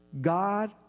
God